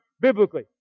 biblically